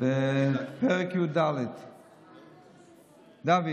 בפרק י"ד, דוד,